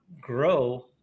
grow